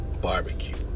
barbecue